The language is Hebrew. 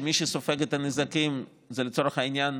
ומי שסופג את הנזקים זה לצורך העניין